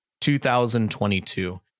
2022